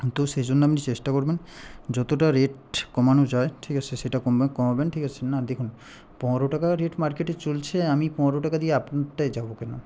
তো সেই জন্য আপনি চেষ্টা করবেন যতটা রেট কমানো যায় ঠিক আছে সেটা কমবে কমাবেন ঠিক আছে না দেখুন পনেরো টাকা রেট মার্কেটে চলছে আমি পনেরো টাকা দিয়ে আপনাদেরটায় যাবো কেন